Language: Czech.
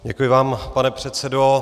Děkuji vám, pane předsedo.